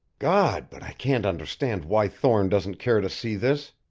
god, but i can't understand why thorne doesn't care to see this,